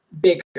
bigger